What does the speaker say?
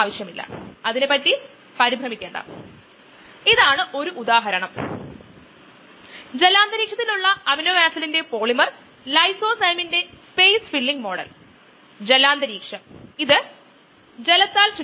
അല്ലെങ്കിൽ അത് ഒരു കിടക്കയിൽ സംഭവിക്കാം അവിടെ നമുക്ക് ഈ മട്രിക്സിനൊപ്പം ഒരു